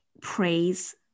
praise